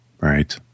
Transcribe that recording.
Right